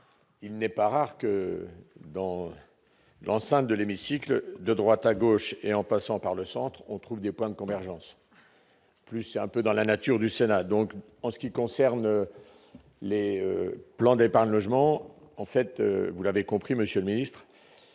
il n'est pas rare que, dans cet hémicycle, de droite à gauche en passant par le centre, on trouve des points de convergence. Il est vrai que c'est un peu dans la nature du Sénat. En ce qui concerne les plans d'épargne logement, vous l'avez compris, monsieur le ministre,